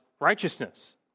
righteousness